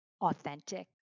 authentic